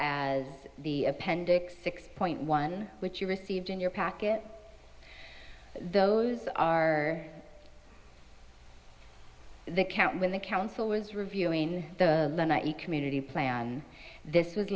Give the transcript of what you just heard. as the appendix six point one which you received in your packet those are the account when the council was reviewing the community plan this was